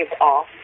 off